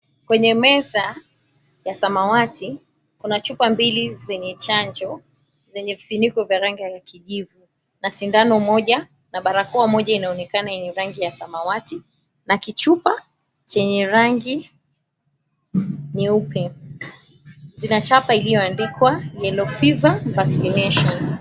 Kwenye meza ya samawati, kuna chupa mbili za chanjo zenye vifuniko vya rangi ya kijivu na sindano moja na barakoa moja yenye rangi ya samawati na kichupa chenye rangi nyeupe. Zina chapa iliyoandikwa YELLOW FEVER Vaccination.